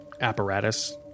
apparatus